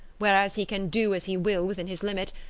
whereas he can do as he will within his limit,